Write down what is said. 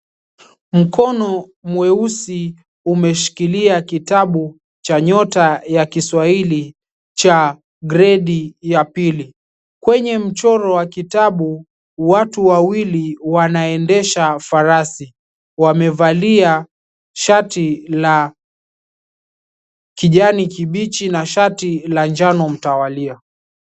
Mkono mweusi umeshikilia kitabu cha nyota ya kiswahili cha gredi ya pili kwenye mchoro wa kitabu watu wawili wanaendesha farasi wamevalia shati la kijani kibichi na shati la manjano mtawaliwa.